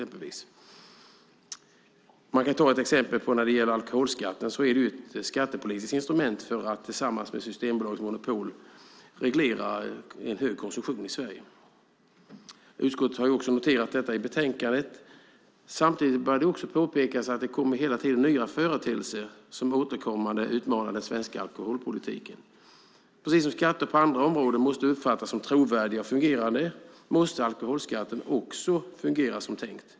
Man kan som exempel ta alkoholskatten. Det är ett skattepolitiskt instrument för att tillsammans med Systembolagets monopol motverka en hög konsumtion i Sverige. Utskottet har noterat detta i betänkandet. Samtidigt bör det påpekas att det hela tiden kommer nya företeelser som återkommande utmanar den svenska alkoholpolitiken. Precis som skatter på andra områden måste uppfattas som trovärdiga och fungerande måste också alkoholskatten fungera som tänkt.